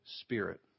spirit